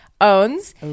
owns